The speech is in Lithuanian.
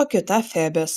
o kita febės